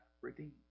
redeemed